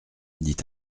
dit